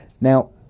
now